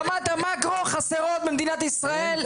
ברמת המאקרו חסרות במדינת ישראל,